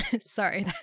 sorry